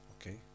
okay